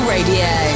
Radio